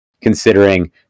considering